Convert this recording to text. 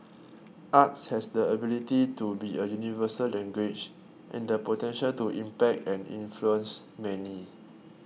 arts has the ability to be a universal language and the potential to impact and influence many